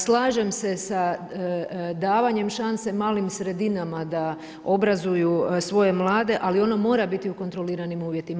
Slažem se sa davanjem šanse malim sredinama da obrazuju svoje mlade, ali ono mora biti u kontroliranim uvjetima.